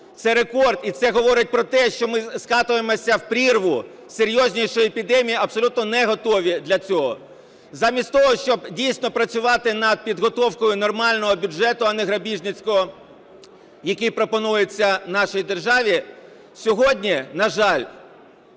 це рекорд і це говорить про те, що ми скачуємося в прірву серйознішої епідемії, абсолютно не готові для цього. Замість того, щоб дійсно працювати над підготовкою нормального бюджету, а не грабіжницького, який пропонується нашій державі, сьогодні, на жаль,